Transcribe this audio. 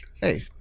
Hey